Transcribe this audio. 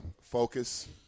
focus